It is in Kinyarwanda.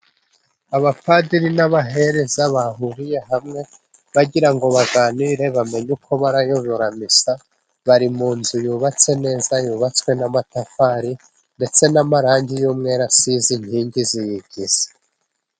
Abapadiri n'abahereza bahuriye hamwe bagira ngo baganire, bamenye uko barayoyobora misa, bari mu nzu yubatse neza yubatswe n'amatafari, ndetse n'amarangi y'umweru asize inkingi ziyigize.